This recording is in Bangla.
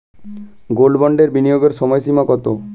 গোল্ড বন্ডে বিনিয়োগের সময়সীমা কতো?